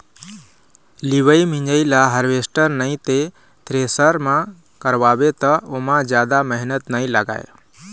लिवई मिंजई ल हारवेस्टर नइ ते थेरेसर म करवाबे त ओमा जादा मेहनत नइ लागय